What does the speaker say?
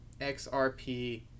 xrp